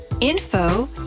info